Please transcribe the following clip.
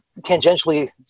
tangentially